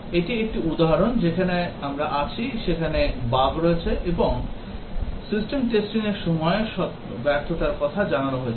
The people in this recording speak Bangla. এটি একটি উদাহরণ যেখানে আমরা আছি সেখানে বাগ রয়েছে এবং system testing র সময় ব্যর্থতার কথা জানানো হয়েছিল